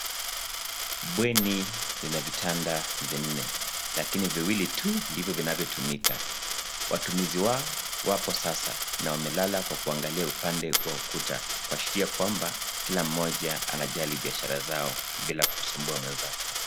Bweni ina vitanda vinne lakini viwili tu ndivyo vinavyotumika. watumizi wao wapo sasa na wamelala kwa kuangalia upande wa ukuta kuashiria kwamba kila mmoja anajali biashara zao bila kumsumbua mwenzake.